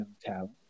talent